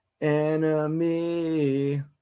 enemy